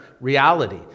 reality